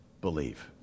believe